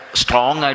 strong